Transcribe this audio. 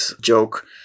joke